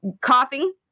coughing